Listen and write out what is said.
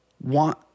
want